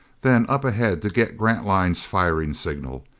then up ahead to get grantline's firing signal.